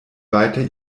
weiter